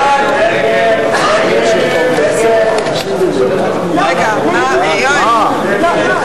ההסתייגות של קבוצת סיעת מרצ וקבוצת סיעת קדימה לסעיף 3 לא נתקבלה.